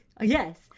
Yes